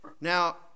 Now